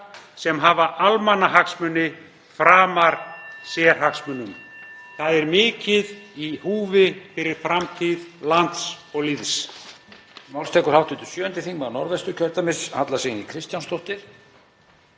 sem hafa almannahagsmuni framar sérhagsmunum. Það er mikið í húfi fyrir framtíð lands og lýðs.